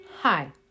Hi